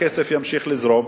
ולכן, הכסף ימשיך לזרום.